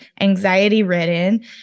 anxiety-ridden